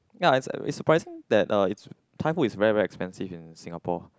ya is is surprising that uh Thai food is very very expensive in Singapore